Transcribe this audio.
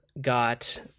got